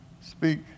Speak